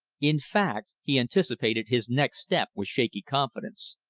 in fact, he anticipated his next step with shaky confidence.